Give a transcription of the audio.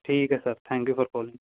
ਠੀਕ ਹੈ sir thank you for calling